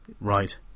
Right